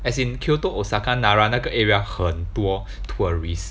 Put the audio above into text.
as in Kyoto Osaka Nara 那个 area 很多 tourist